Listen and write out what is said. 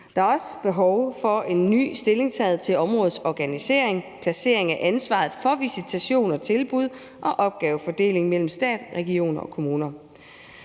Der er også behov for en ny stillingtagen til områdets organisering, placering af ansvaret for visitationer og tilbud og opgavefordelingen mellem stat, regioner og kommuner.